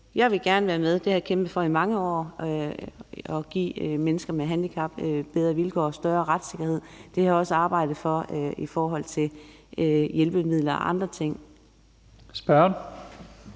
Jeg vil gerne være med. Jeg har kæmpet i mange år for at give mennesker med handicap bedre vilkår og større retssikkerhed. Jeg har også arbejdet for det i forhold til hjælpemidler og andre ting. Kl.